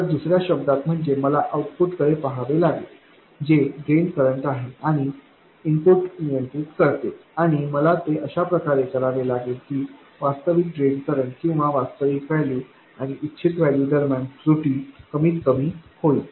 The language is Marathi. तर दुसर्या शब्दांत म्हणजे मला आऊटपुट कडे पहावे लागेल जे ड्रेन करंट आहे आणि इनपुट नियंत्रित करते आणि मला ते अशा प्रकारे करावे लागेल की वास्तविक ड्रेन करंट किंवा वास्तविक व्हॅल्यू आणि इच्छित व्हॅल्यू दरम्यान त्रुटी कमीत कमी होईल